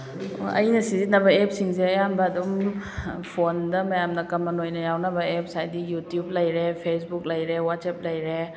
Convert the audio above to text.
ꯑꯩꯅ ꯁꯤꯖꯤꯟꯅꯕ ꯑꯦꯞꯁꯤꯡꯁꯦ ꯑꯌꯥꯝꯕ ꯑꯗꯨꯝ ꯐꯣꯟꯗ ꯃꯌꯥꯝꯅ ꯀꯃꯟ ꯑꯣꯏꯅ ꯌꯥꯎꯅꯕ ꯑꯦꯞꯁ ꯍꯥꯏꯗꯤ ꯌꯨꯇ꯭ꯌꯨꯕ ꯂꯩꯔꯦ ꯐꯦꯁꯕꯨꯛ ꯂꯩꯔꯦ ꯋꯥꯆꯦꯞ ꯂꯩꯔꯦ